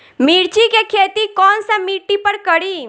मिर्ची के खेती कौन सा मिट्टी पर करी?